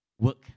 work